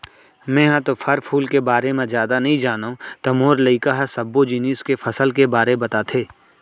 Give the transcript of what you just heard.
मेंहा तो फर फूल के बारे म जादा नइ जानव त मोर लइका ह सब्बो जिनिस के फसल के बारे बताथे